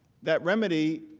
that remedy,